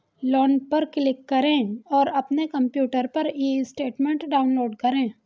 loan पर click करें और अपने कंप्यूटर पर ई स्टेटमेंट डाउनलोड करें